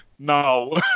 No